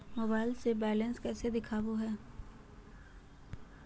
Mobile से balance कैसे देखाबो है?